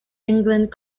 england